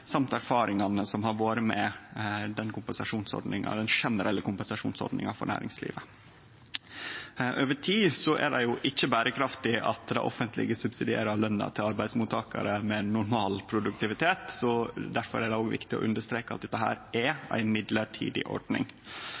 erfaringane som har vore med den generelle kompensasjonsordninga for næringslivet. Over tid er det jo ikkje berekraftig at det offentlege subsidierer løna til arbeidsmottakarar med normal produktivitet. Difor er det òg viktig å understreke at dette er ei mellombels ordning.